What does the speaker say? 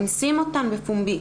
אונסים אותן בפומבי,